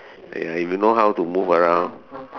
ya if you know how to move around